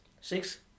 Six